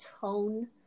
tone